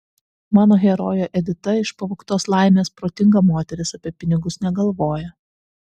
mano herojė edita iš pavogtos laimės protinga moteris apie pinigus negalvoja